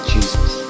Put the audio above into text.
Jesus